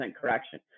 correction